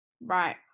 Right